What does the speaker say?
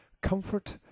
Comfort